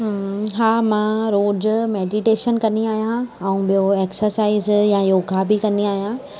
हा मां रोज़ु मेडीटेशन कंदी आहियां ऐं ॿियो एक्सरसाइज़ ऐं योगा बि कंदी आहियां